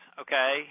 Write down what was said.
okay